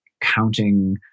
counting